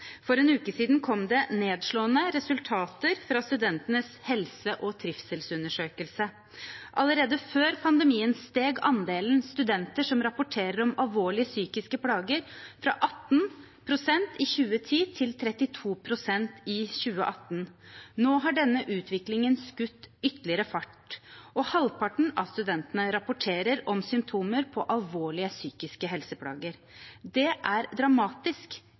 For en uke siden kom det nedslående resultater fra Studentenes helse- og trivselsundersøkelse. Allerede før pandemien steg andelen studenter som rapporterer om alvorlige psykiske plager – fra 18 pst. i 2010 til 32 pst. i 2018. Nå har denne utviklingen skutt ytterligere fart, og halvparten av studentene rapporterer om symptomer på alvorlige psykiske helseplager. Det er dramatisk.